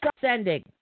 sending